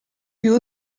più